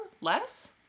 Less